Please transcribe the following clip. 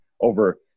over